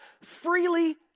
freely